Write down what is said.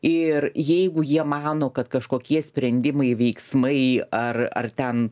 ir jeigu jie mano kad kažkokie sprendimai veiksmai ar ar ten